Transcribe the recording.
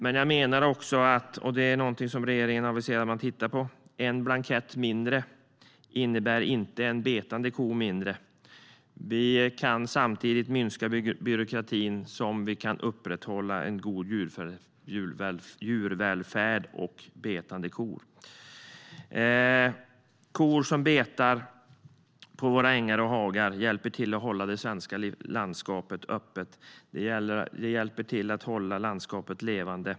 Regeringen aviserar att man ska titta på att det ska vara en blankett mindre, vilket inte innebär en betande ko mindre. Samtidigt som vi minskar byråkratin kan vi upprätthålla en god djurvälfärd och betande kor. Kor som betar på våra ängar och i våra hagar hjälper till att hålla det svenska landskapet öppet. Det hjälper till att hålla landskapet levande.